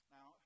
Now